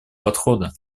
подхода